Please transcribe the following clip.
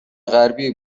غربی